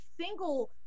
single